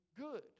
good